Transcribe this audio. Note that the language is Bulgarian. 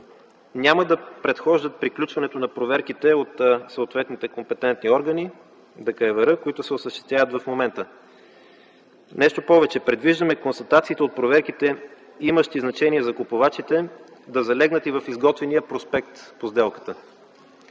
няма да предхождат приключването на проверките от съответните компетентни органи (ДКЕВР), които се осъществяват в момента. Нещо повече, предвиждаме констатациите от проверките, имащи значение за купувачите, да залегнат и в изготвения проспект по сделката.